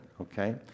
okay